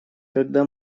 когда